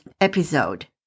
episode